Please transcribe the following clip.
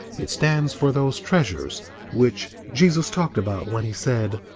it stands for those treasures which jesus talked about when he said,